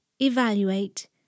evaluate